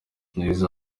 yagize